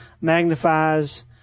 magnifies